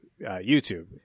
YouTube